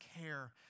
care